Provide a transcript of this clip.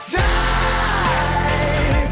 time